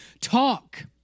talk